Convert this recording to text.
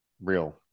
real